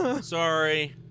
Sorry